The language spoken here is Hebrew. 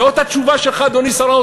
באמת תשובה מכובדת?